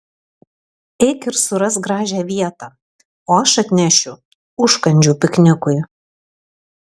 eik ir surask gražią vietą o aš atnešiu užkandžių piknikui